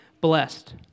blessed